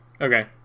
Okay